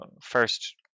first